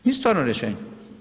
Nije stvarno rješenje.